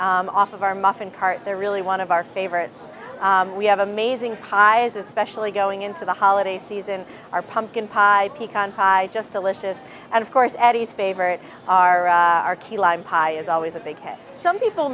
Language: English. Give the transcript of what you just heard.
off of our muffin cart they're really one of our favorites we have amazing prizes especially going into the holiday season our pumpkin pie pecan pie just delicious and of course eddie's favorite are our key lime pie is always a big some people